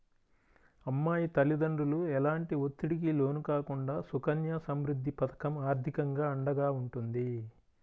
అమ్మాయి తల్లిదండ్రులు ఎలాంటి ఒత్తిడికి లోను కాకుండా సుకన్య సమృద్ధి పథకం ఆర్థికంగా అండగా ఉంటుంది